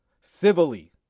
civilly